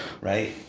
Right